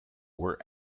were